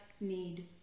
need